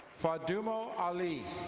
fadumo ali.